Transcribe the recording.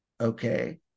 okay